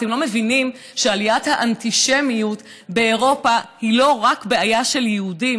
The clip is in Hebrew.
אתם לא מבינים שעליית האנטישמיות באירופה היא לא רק בעיה של יהודים?